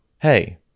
Hey